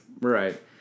Right